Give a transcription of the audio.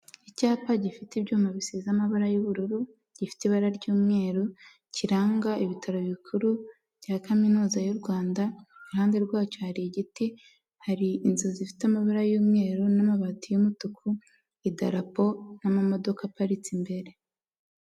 Icyapa gifite ibyuma bisize amabara y'ubururu, gifite ibara ry'umweru, kiranga ibitaro bikuru bya Kaminuza y'u Rwanda, iruhande rwacyo hari igiti, hari inzu zifite amabara y'umweru n'amabati y'umutuku, idarapo n'amamodoka aparitse imbere.